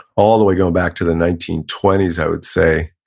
all the way going back to the nineteen twenty s i would say.